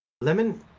Lemon